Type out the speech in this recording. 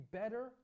better